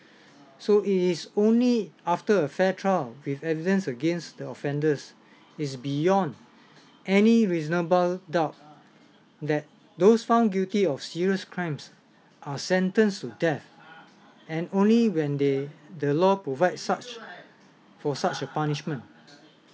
so it is only after a fair trial with evidence against the offenders it's beyond any reasonable doubt that those found guilty of serious crimes are sentenced to death and only when they the law provides such for such a punishment